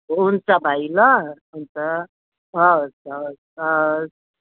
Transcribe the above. हुन्छ भाइ ल हुन्छ हवस् हवस् हवस्